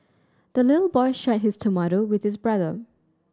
the little boy shared his tomato with his brother